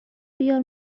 بیار